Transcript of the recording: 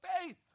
faith